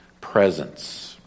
presence